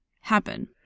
happen